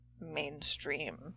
mainstream